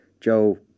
Joe